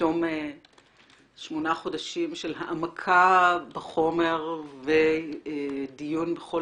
שבתום שמונה חודשים של העמקה בחומר ודיון בכל